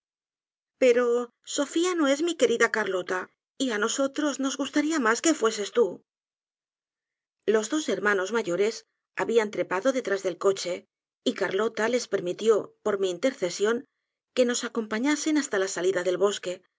pero sofía no es mi querida carlota y á nosotros nos gustaría masque fueses tú los dos hermanos mayores habían trepado detras del coche y carlota les permitió por mi intercesión que nos acompañasen hasta la salida del bosque